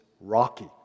Rocky